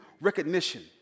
recognition